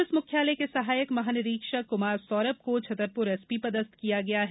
police मुख्यालय के सहायक महानिरीक्षक कुमार सौरभ को छतरपुर एसपी पदस्थ किया गया है